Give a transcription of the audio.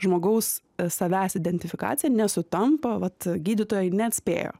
žmogaus savęs identifikacija nesutampa vat gydytojai neatspėjo